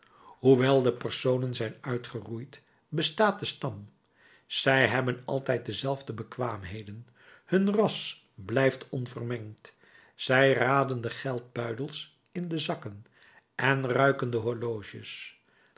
hoewel de personen zijn uitgeroeid bestaat de stam zij hebben altijd dezelfde bekwaamheden hun ras blijft onvermengd zij raden de geldbuidels in de zakken en ruiken de horloges